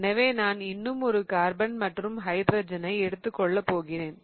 எனவே நான் இன்னும் ஒரு கார்பன் மற்றும் ஹைட்ரஜனை எடுத்துக் கொள்ளப் போகிறேன்